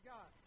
God